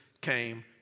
came